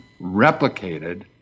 replicated